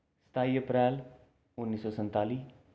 सताई अप्रैल उन्नी सौ संताली